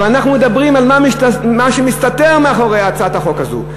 אבל אנחנו מדברים על מה שמסתתר מאחורי הצעת החוק הזו.